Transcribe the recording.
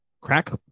crack